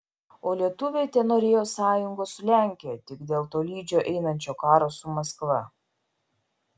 o lietuviai tenorėjo sąjungos su lenkija tik dėl tolydžio einančio karo su maskva